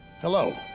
Hello